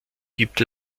gibt